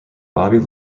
bobby